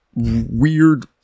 Weird